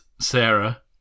Sarah